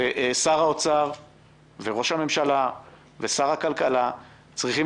שר האוצר וראש הממשלה ושר הכלכלה צריכים